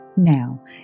Now